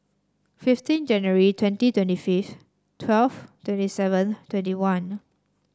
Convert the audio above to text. fifteen January twenty twenty fifth twelve twenty seven twenty one